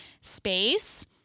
space